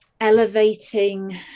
elevating